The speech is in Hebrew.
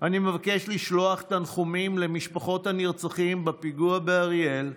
אני מבקש לשלוח תנחומים למשפחות הנרצחים בפיגוע באריאל,